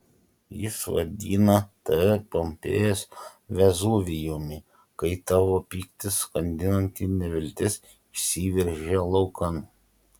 jis vadina tave pompėjos vezuvijumi kai tavo pyktis skandinanti neviltis išsiveržia laukan